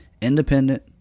independent